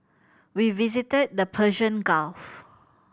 we visited the Persian Gulf